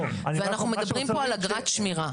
ואנחנו מדברים פה על אגרת שמירה.